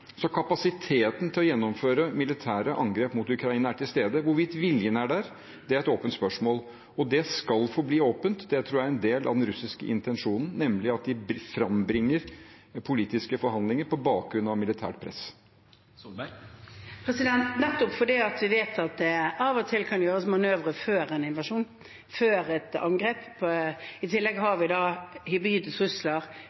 Så kapasiteten til å gjennomføre militære angrep mot Ukraina er til stede. Hvorvidt viljen er der, er et åpent spørsmål, og det skal forbli åpent. Det tror jeg er en del av den russiske intensjonen, nemlig at de frambringer politiske forhandlinger på bakgrunn av militært press. Nettopp fordi vi vet at det av og til kan gjøres manøvrer før en invasjon, før et angrep – i tillegg